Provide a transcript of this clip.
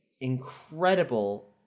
incredible